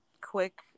quick